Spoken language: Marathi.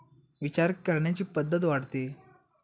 विचार करण्याची पद्धत वाढते